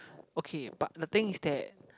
okay but the thing is that